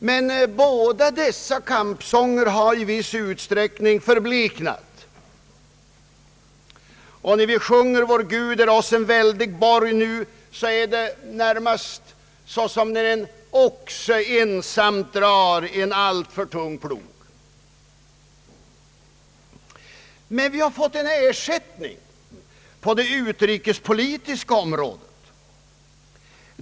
Men båda dessa kampsånger har i viss utsträckning förbleknat och när vi sjunger: Vår Gud är oss en väldig borg, är det närmast såsom när en oxe ensam drar en alltför tung plog. Vi har dock fått en ersättning på det utrikespolitiska området.